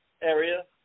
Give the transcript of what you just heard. area